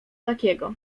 takiego